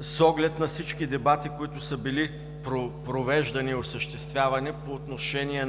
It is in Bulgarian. с оглед на всички дебати, които са били провеждани и осъществявани, по отношение